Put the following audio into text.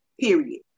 Period